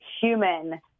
human